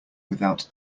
without